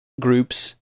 groups